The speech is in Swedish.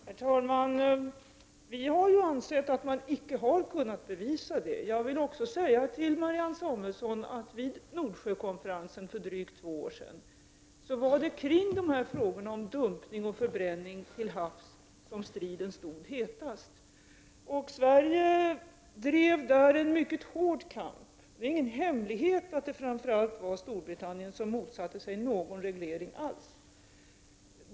Herr talman! Vi har ansett att man icke har kunnat bevisa detta. Jag vill också säga till Marianne Samuelsson att det vid Nordsjökonferensen för drygt två år sedan var kring dessa frågor om dumpning och förbränning till havs som striden stod hetast. Sverige drev då en mycket hård kamp. Det är ingen hemlighet att det var framför allt Storbritannien som motsatte sig någon reglering alls.